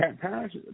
parents